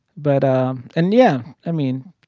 but um and, yeah, i mean,